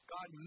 God